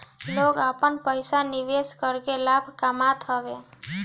लोग आपन पईसा निवेश करके लाभ कामत हवे